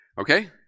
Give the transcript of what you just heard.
Okay